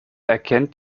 erkennt